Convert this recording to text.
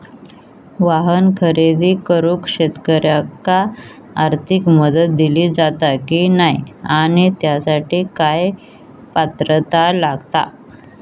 वाहन खरेदी करूक शेतकऱ्यांका आर्थिक मदत दिली जाता की नाय आणि त्यासाठी काय पात्रता लागता?